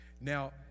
Now